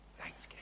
Thanks